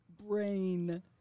Brain